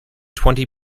twenty